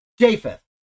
Japheth